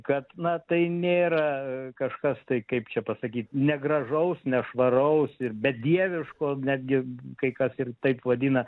kad na tai nėra kažkas tai kaip čia pasakyt negražaus nešvaraus ir bedieviško netgi kai kas ir taip vadina